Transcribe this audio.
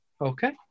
Okay